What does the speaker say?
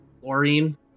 chlorine